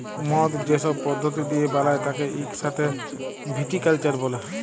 মদ যে সব পদ্ধতি দিয়ে বালায় তাকে ইক সাথে ভিটিকালচার ব্যলে